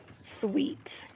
Sweet